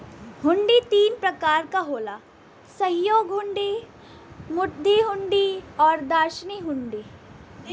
हुंडी तीन प्रकार क होला सहयोग हुंडी, मुद्दती हुंडी आउर दर्शनी हुंडी